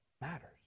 matters